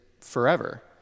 forever